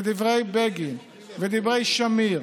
ודברי בגין ודברי שמיר,